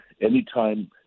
Anytime